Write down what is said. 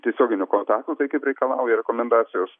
tiesioginio kontakto tai kaip reikalauja rekomendacijos